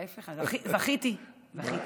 ההפך, אז זכיתי, זכיתי.